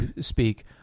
speak